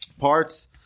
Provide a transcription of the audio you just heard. parts